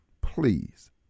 Please